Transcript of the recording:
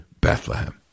Bethlehem